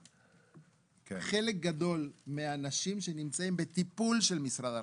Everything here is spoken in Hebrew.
חלק גדול מהאנשים שנמצאים בטיפול של משרד הרווחה,